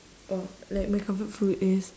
oh like my comfort food is